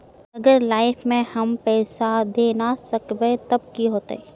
अगर लाइफ में हैम पैसा दे ला ना सकबे तब की होते?